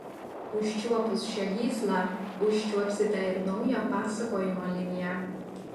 užčiuopus šią gyslą užčiuopsite ir naują pasakojimo liniją